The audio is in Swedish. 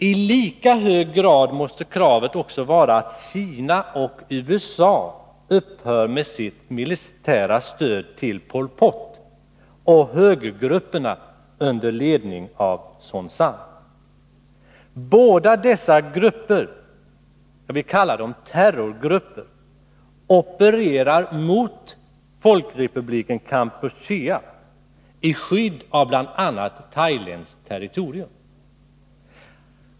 I lika hög grad måste kravet också vara att Kina och USA upphör med sitt militära stöd till Pol Pot och högergrupperna under ledning av Son Sann. Båda dessa grupper — jag vill kalla dem terrorgrupper — opererar mot Folkrepubliken Kampuchea, i skydd av bl.a. thailändskt territorium.